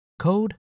code